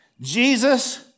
Jesus